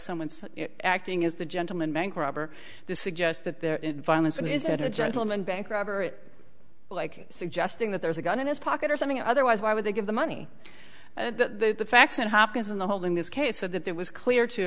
someone acting is the gentleman bank robber this suggests that there is violence and instead a gentleman bank robber it like suggesting that there's a gun in his pocket or something otherwise why would they give the money to the facts it happens in the hold in this case so that there was clear to